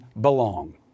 belong